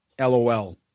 LOL